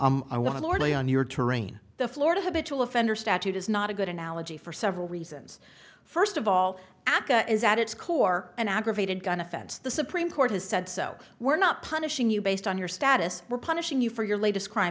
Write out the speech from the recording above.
orderly on your terrain the florida habit to offender statute is not a good analogy for several reasons first of all aca is at its core an aggravated gun offense the supreme court has said so we're not punishing you based on your status we're punishing you for your latest crime